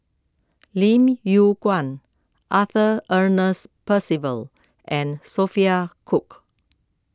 Lim Yew Kuan Arthur Ernest Percival and Sophia Cooke